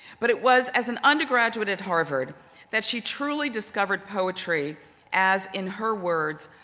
but it was as an undergraduate at harvard that she truly discovered poetry as in her words,